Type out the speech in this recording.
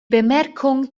bemerkung